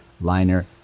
Liner